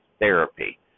therapy